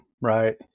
Right